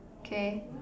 okay